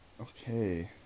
Okay